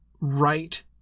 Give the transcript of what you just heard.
right